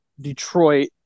Detroit